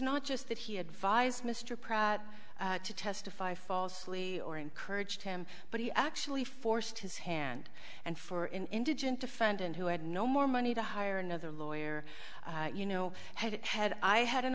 not just that he advised mr pratt to testify falsely or encourage him but he actually forced his hand and for in indigent defendant who had no more money to hire another lawyer you know had i had an